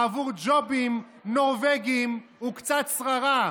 בעבור ג'ובים, נורבגים וקצת שררה,